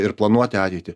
ir planuoti ateitį